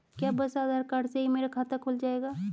क्या बस आधार कार्ड से ही मेरा खाता खुल जाएगा?